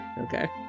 Okay